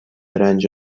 رنج